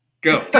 go